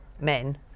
men